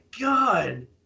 God